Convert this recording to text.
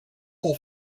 all